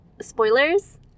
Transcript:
spoilers